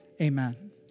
Amen